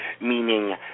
Meaning